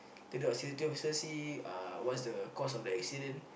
later the safety person see uh what's the cause of the accident